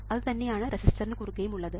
അതുതന്നെയാണ് റെസിസ്റ്ററിന് കുറുകയും ഉള്ളത്